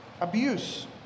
abuse